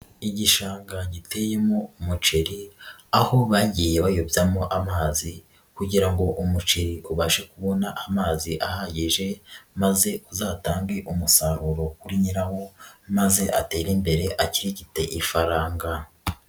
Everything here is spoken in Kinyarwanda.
Igishanga giteyemo umuceri aho bagiye bayobyamo amazi kugira ngo umuceri ubashe kubona amazi ahagije maze uzatange umusaruro kuri nyirawo maze atere imbere akigi ifaranga.